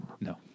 No